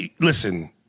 listen